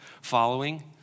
following